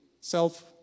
self